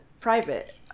private